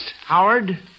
Howard